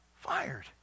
fired